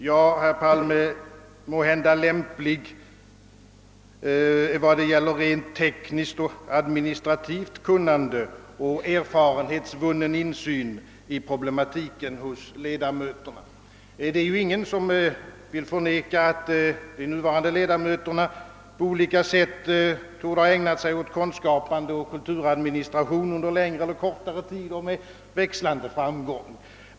Ja, herr Palme, den är måhända lämplig, när det gäller rent tekniskt och administrativt kunnande och erfarenhetsvunnen insyn i problematiken hos ledamöterna. Det är ingen som vill förneka, att de nuvarande ledamöterna på olika sätt torde ha ägnat sig åt konstskapande och kulturadministration under längre eller kortare tid och med växlande framgång.